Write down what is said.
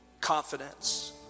confidence